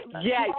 Yes